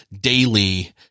daily